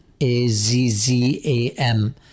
A-Z-Z-A-M